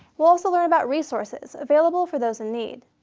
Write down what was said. we'll also learn about resources available for those in need.